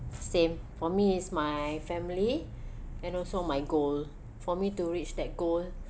same for me is my family and also my goal for me to reach that goal